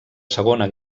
segona